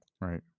right